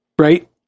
Right